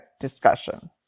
discussion